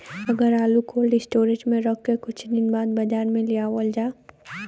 अगर आलू cold storage में रख के कुछ दिन बाद बाजार में लियावल जा?